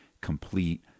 complete